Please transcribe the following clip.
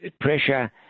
pressure